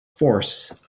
force